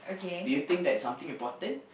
do you think that's something important